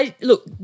Look